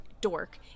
dork